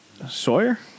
Sawyer